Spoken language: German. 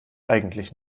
eigentlich